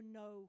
no